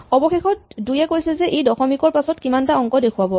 অৱশেষত দুয়ে কৈছে সি দশমিকৰ পাছত কিমানটা অংক দেখুৱাব